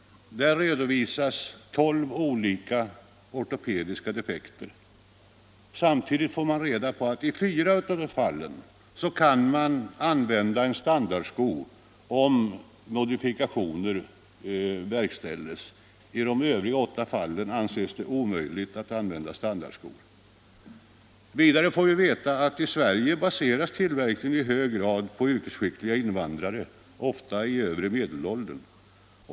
Där redovisas tolv olika ortopediska defekter. Samtidigt får man reda på att i fyra av fallen går det att använda en standardsko efter modifikationer. I de övriga åtta fallen anses det omöjligt att använda standardskor. Vidare får vi veta att i Sverige baseras tillverkningen i hög grad på yrkesskickliga invandrare, ofta i övre medelåldern.